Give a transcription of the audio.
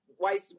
White